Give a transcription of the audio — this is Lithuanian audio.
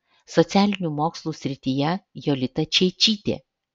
socialinių mokslų srityje jolita čeičytė